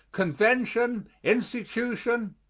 convention, institution,